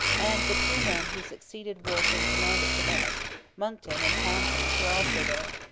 and the two men who succeeded wolfe in command at quebec monckton and townshend were also there.